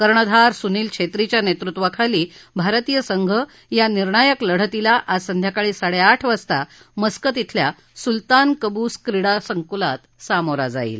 कर्णधार सुनील छेत्रीच्या नेतृत्वाखाली भारतीय संघ या निर्णायक लढतीला आज संध्याकाळी साडेआठ वाजता मस्कत खिल्या सुल्तान कबूस क्रीडा संकुलात सामोरा जाईल